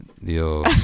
Yo